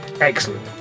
Excellent